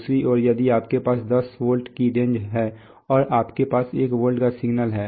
दूसरी ओर यदि आपके पास 10 वोल्ट की रेंज है और आपके पास 1 वोल्ट का सिग्नल है